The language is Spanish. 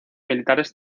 militares